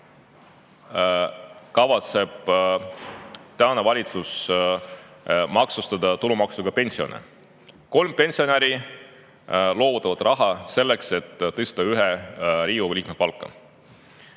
ajal kavatseb tänane valitsus maksustada tulumaksuga pensione. Kolm pensionäri loovutavad raha selleks, et tõsta ühe Riigikogu liikme palka.